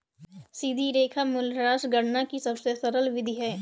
सीधी रेखा मूल्यह्रास गणना की सबसे सरल विधि है